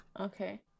Okay